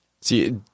see